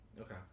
Okay